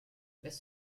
this